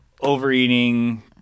overeating